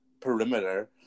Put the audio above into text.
perimeter